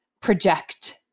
project